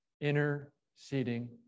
interceding